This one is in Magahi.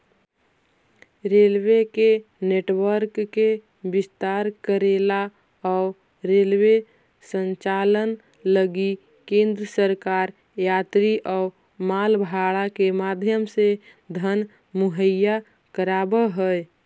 रेलवे के नेटवर्क के विस्तार करेला अउ रेलवे संचालन लगी केंद्र सरकार यात्री अउ माल भाड़ा के माध्यम से धन मुहैया कराव हई